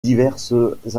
diverses